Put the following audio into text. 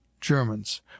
Germans